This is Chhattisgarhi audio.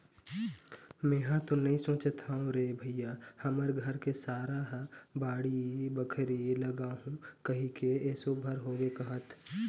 मेंहा तो नइ सोचत हव रे भइया हमर घर के सारा ह बाड़ी बखरी लगाहूँ कहिके एसो भर होगे कहत